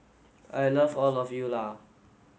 I love all of you Lah